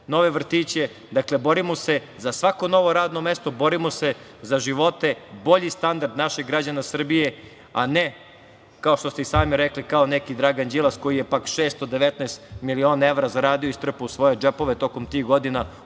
nove vrtiće, dakle, borimo se za svako novo radno mesto, borimo se za živote, bolji standard naših građana Srbije, a ne kao što ste i sami rekli, kao neki Dragan Đilas koji je 619 miliona evra zaradio i strpao u svoje džepove tokom tih godina,